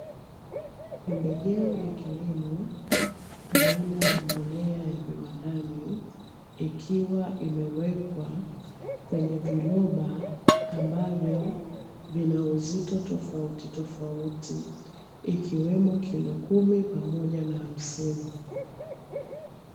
Pembejeo ya kilimo aina ya mbolea ya viwandani, ikiwa imewekwa kwenye viroba ambavyo vinauzito tofautitofauti, ikiwemo kilo kumi pamoja na hamsini.